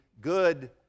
good